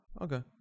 okay